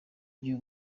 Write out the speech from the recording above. gihe